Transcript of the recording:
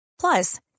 Plus